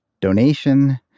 donation